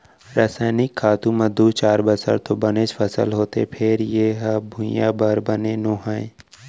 रसइनिक खातू म दू चार बछर तो बनेच फसल होथे फेर ए ह भुइयाँ बर बने नो हय